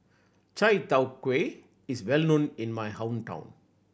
chai tow kway is well known in my hometown